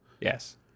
yes